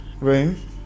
room